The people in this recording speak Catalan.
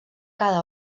cada